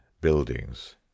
buildings